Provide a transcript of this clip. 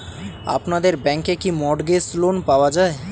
আপনাদের ব্যাংকে কি মর্টগেজ লোন পাওয়া যায়?